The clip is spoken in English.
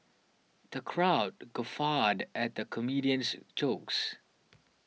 the crowd guffawed at the comedian's jokes